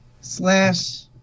slash